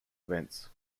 events